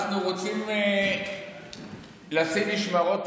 ברור לי למה לא מינו אותי לכלום,